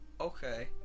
okay